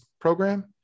program